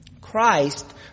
Christ